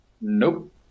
Nope